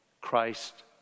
Christ